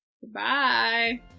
Goodbye